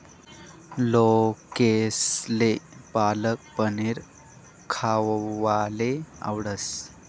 लोकेसले पालक पनीर खावाले आवडस